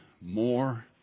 more